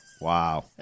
Wow